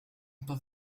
تظن